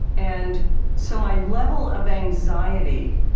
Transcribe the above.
and so my level of anxiety,